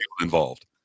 involved